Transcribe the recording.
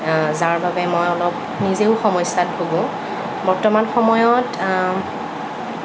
যাৰ বাবে মই নিজেও অলপ সমস্যাত ভোগো বৰ্তমান সময়ত